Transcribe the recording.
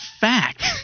fact